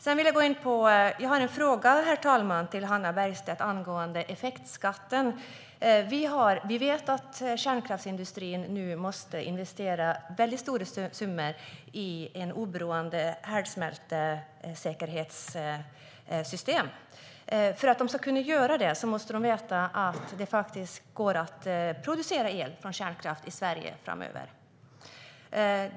Jag har en fråga till Hannah Bergstedt om effektskatten. Vi vet att kärnkraftsindustrin nu måste investera mycket stora summor i ett oberoende säkerhetssystem för härdsmältor. För att de ska kunna göra det måste de veta att det faktiskt går att producera el från kärnkraft i Sverige framöver.